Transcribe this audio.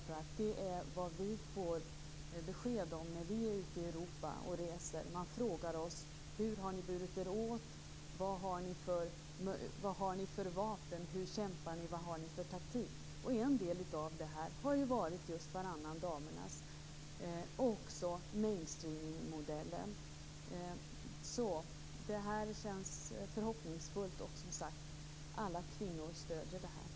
Men det är inget tvivel om att EU så småningom kommer att hamna i en svensk situation. I ett modernt samhälle delar män och kvinnor på ansvaret inte bara för hem och familj, inte bara för arbete och produktion, utan också för samhälle och debatt.